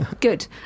good